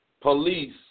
Police